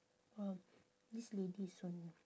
orh this lady is so n~